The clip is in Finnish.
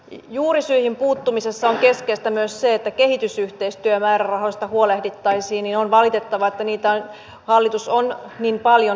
juurisyihin puuttumisessa on keskeistä myös se että kehitysyhteistyömäärärahoista huolehdittaisiin joten on valitettavaa että niitä hallitus on niin paljon leikannut